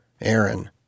Aaron